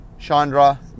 Chandra